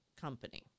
company